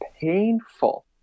Painful